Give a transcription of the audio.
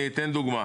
אני לא יכול.